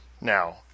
now